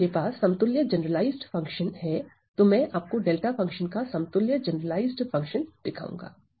यदि मेरे पास समतुल्य जनरलाइज्ड फंक्शन है तो मैं आपको डेल्टा फंक्शन का समतुल्य जनरलाइज्ड फंक्शन दिखाऊंगा